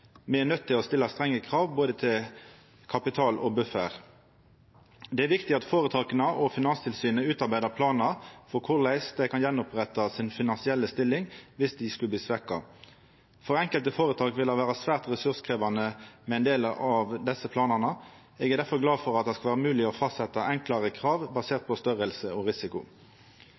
Me er nøydde til å stilla strenge krav både til kapital og buffer. Det er viktig at føretaka og Finanstilsynet utarbeider planar for korleis dei kan retta opp si finansielle stilling viss dei skulle bli svekte. For enkelte føretak vil det vera svært ressurskrevjande med ein del av desse planane. Eg er derfor glad for at det skal vera mogleg å fastsetja enklare krav, basert på størrelse og risiko.